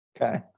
Okay